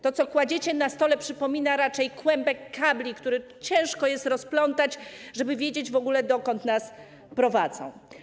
To, co kładziecie na stole, przypomina raczej kłębek kabli, który ciężko jest rozplątać, żeby wiedzieć, dokąd nas prowadzą.